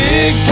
Big